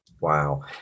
Wow